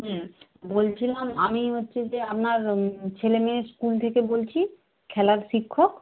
হুম বলছিলাম আমি হচ্ছে যে আপনার ছেলেমেয়ের স্কুল থেকে বলছি খেলার শিক্ষক